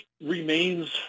remains